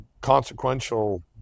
consequential